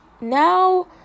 now